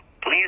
Please